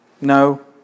No